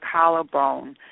collarbone